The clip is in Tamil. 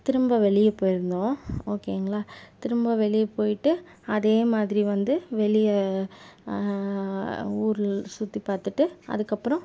திரும்ப வெளியே போயிருந்தோம் ஓகேங்களா திரும்ப வெளியே போயிட்டு அதே மாதிரி வந்து வெளியே ஊர் சுற்றி பார்த்துட்டு அதுக்கப்றம்